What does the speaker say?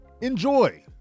enjoy